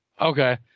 Okay